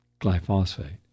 glyphosate